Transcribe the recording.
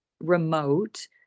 remote